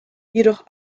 jedoch